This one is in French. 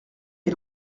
est